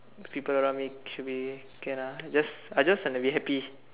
people around me should be can lah I I just want to be happy